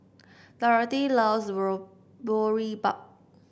Dorothy loves Boribap